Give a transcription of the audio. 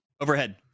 overhead